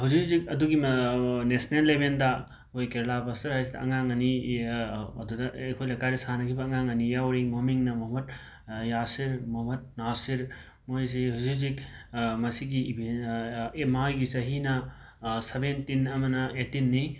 ꯍꯧꯖꯤꯛ ꯍꯣꯖꯤꯛ ꯑꯗꯨꯒꯤ ꯅꯦꯁ꯭ꯅꯦꯟ ꯂꯦꯕꯦꯟꯗ ꯃꯣꯏ ꯀꯦꯔꯂꯥ ꯕꯁꯔ ꯍꯥꯏꯁꯤꯗ ꯑꯉꯥꯡ ꯑꯅꯤ ꯑꯦꯌꯥ ꯑꯗꯨꯗ ꯑꯈꯣꯏ ꯂꯩꯀꯥꯏꯁ ꯁꯥꯟꯅꯈꯤꯕ ꯑꯉꯥꯡ ꯑꯅꯤ ꯌꯥꯎꯔꯤ ꯃꯣꯃꯤꯡꯅ ꯃꯣꯍꯃꯠ ꯌꯥꯁꯤꯔ ꯃꯣꯍꯃꯠ ꯅꯥꯁꯤꯔ ꯃꯣꯏꯖꯤ ꯍꯨꯖꯤꯛ ꯍꯨꯖꯤꯛ ꯃꯁꯤꯒꯤ ꯏꯕꯦꯟ ꯃꯥꯒꯤ ꯆꯍꯤꯅ ꯁꯕꯦꯟꯇꯤꯟ ꯑꯃꯅ ꯑꯦꯇꯤꯟꯅꯤ